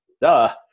duh